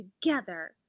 together